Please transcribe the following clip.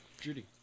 Judy